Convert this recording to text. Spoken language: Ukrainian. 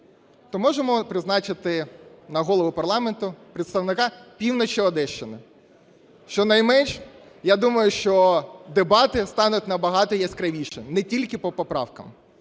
то можемо призначити на Голову парламенту представника півночі Одещини. Щонайменше я думаю, що дебати стануть набагато яскравіше, не тільки по поправках.